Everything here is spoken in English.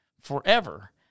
forever